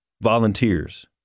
volunteers